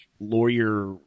lawyer